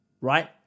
right